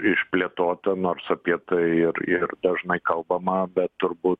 išplėtota nors apie tai ir ir dažnai kalbama bet turbūt